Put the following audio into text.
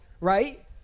right